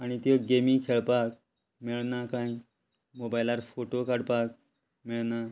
आनी त्यो गेमी खेळपाक मेळना कांय मोबायलार फोटो काडपाक मेळना